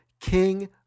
King